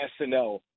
SNL